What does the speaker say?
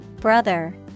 Brother